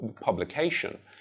publication